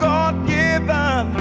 God-given